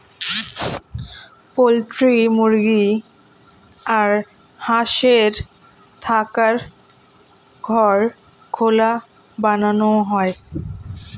poultry মুরগি আর হাঁসের থাকার ঘর খোলা বানানো হয়